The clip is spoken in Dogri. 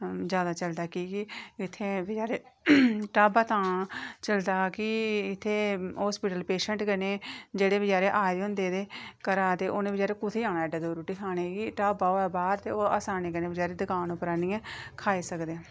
चलदा की के इत्थै बचैरे ढाबा तां चलदा कि इत्थै हास्पिटल पेशेंट कन्नै जेह्ड़े बचैरे आए दे होंदे घरा ते उ'नें बचैरें कुत्थै जाना रुट्टी खाने गी ढाबा होऐ ते ओह् बचैरे असानी कन्ने बचैरे दकान उप्पर आह्निये खाई सकदे